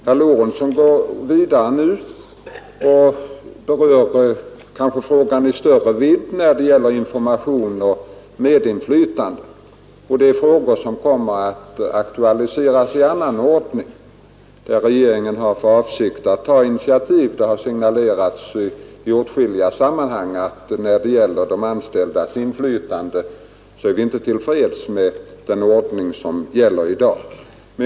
Herr Lorentzon går nu vidare och berör frågan i större vidd när det gäller information och medinflytande. Det är frågor som kommer att aktualiseras i annan ordning. Regeringen har för avsikt att ta initiativ. Det har signalerats i åtskilliga sammanhang att vi när det gäller de anställdas inflytande inte är till freds med den ordning som gäller i dag.